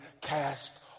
cast